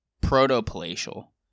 proto-palatial